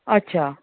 अच्छा